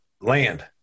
Land